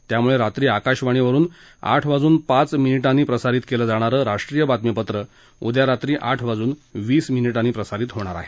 त्यामुळे रात्री आकाशवाणीवरुन आठ वाजून पाच मिनिटांनी प्रसारित केलं जाणारं राष्ट्रीय बातमीपत्र उद्या रात्री आठ वाजून वीस मिनिटांनी प्रसारित करण्यात येईल